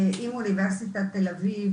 אוניברסיטת תל אביב,